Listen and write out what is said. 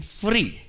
free